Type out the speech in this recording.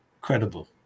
credible